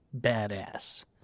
badass